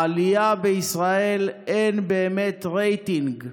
לעלייה בישראל אין באמת רייטינג.